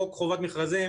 חוק חובת מכרזים